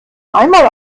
einmal